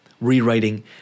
rewriting